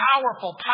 powerful